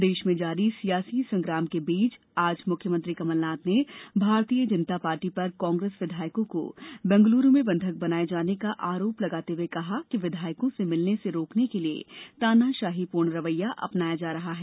प्रदेश में जारी सियासी संग्राम के बीच आज मुख्यमंत्री कमलनाथ ने भारतीय जनता पार्टी पर कांग्रेस विधायकों को बैंगलुरु में बंधक बनाए जाने का आरोप लगाते हुए कहा कि विधायकों से मिलने से रोकने के लिए तानाशाहीपूर्ण रवैया अपनाया जा रहा है